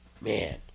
Man